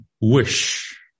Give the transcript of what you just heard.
wish